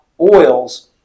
oils